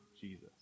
Jesus